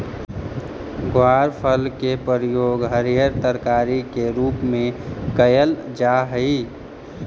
ग्वारफल के प्रयोग हरियर तरकारी के रूप में कयल जा हई